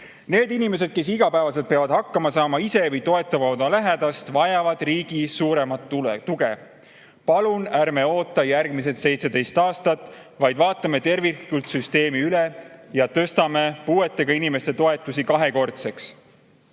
Need inimesed, kes peavad iga päev ise hakkama saama või toetavad oma lähedast, vajavad riigi suuremat tuge. Palun ärme oota järgmised 17 aastat, vaid vaatame süsteemi tervikuna üle ja tõstame puudega inimeste toetused kahekordseks.